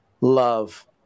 love